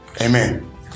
Amen